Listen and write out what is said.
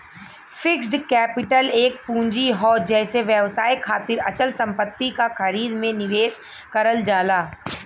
fixed capital एक पूंजी हौ जेसे व्यवसाय खातिर अचल संपत्ति क खरीद में निवेश करल जाला